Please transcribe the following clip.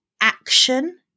action